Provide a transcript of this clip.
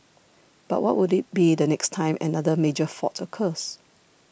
but what would it be the next time another major fault occurs